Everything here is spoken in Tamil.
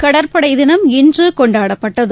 கடற்படை தினம் இன்று கொண்டாடப்பட்டது